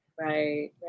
Right